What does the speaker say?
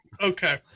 Okay